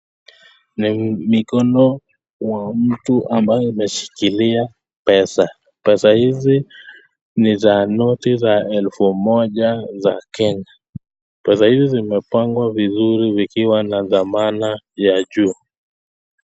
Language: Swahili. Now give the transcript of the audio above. na mikono wa mtu amabye ameshikilia pesa, pesa hizi ni za noti za elfu moja za kenya, pesa hizi zimepangwa vizuri zikiwa na dhamana ya juu.